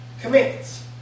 commands